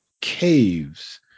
caves